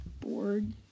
bored